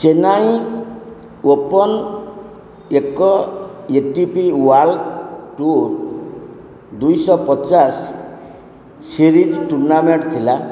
Chennai open ଏକ A T P world tour ଦୁଇଶହ ପଚାଶ ସିରିଜ୍ ଟୁର୍ନାମେଣ୍ଟ୍ ଥିଲା